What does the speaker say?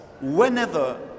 whenever